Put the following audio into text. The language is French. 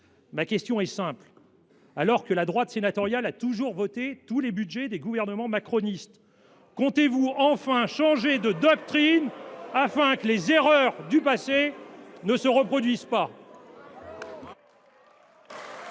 Ma question est simple : alors que la droite sénatoriale a toujours voté tous les budgets des gouvernements macronistes, comptez vous enfin changer de doctrine afin que les erreurs du passé ne se reproduisent pas ?